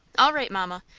all right, mamma,